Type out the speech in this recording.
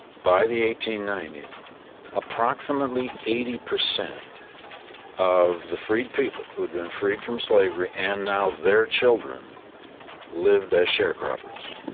by the eighteen ninety s approximately eighty percent of the freed people who had been freed from slavery and now their children lived as sharecroppers,